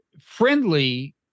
friendly